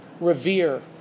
revere